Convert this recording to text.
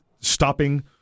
stopping